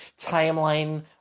timeline